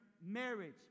marriage